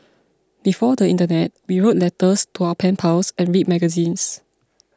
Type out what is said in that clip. before the internet we wrote letters to our pen pals and read magazines